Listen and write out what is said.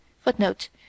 Footnote